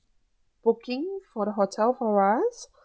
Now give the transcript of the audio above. booking for the hotel for us